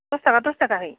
दस थाखा दस थाखाहै